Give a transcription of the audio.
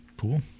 Cool